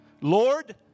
Lord